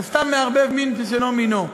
זה סתם לערבב מין בשאינו מינו.